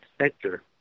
sector